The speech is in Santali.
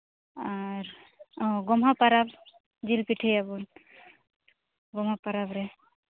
ᱟᱨ ᱚ ᱜᱚᱢᱦᱟ ᱯᱟᱨᱟᱵᱽ ᱡᱤᱞ ᱯᱤᱴᱷᱟᱹᱭᱟᱵᱚᱱ ᱜᱚᱢᱦᱟ ᱯᱟᱨᱟᱵᱽ ᱨᱮ